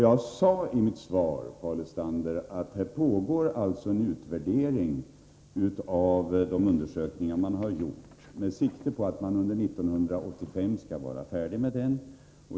Jag sade i mitt svar, Paul Lestander, att det pågår en utvärdering av de undersökningar som har gjorts. Man har som målsättning att vara färdig under 1985.